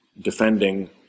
defending